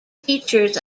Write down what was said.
features